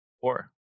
four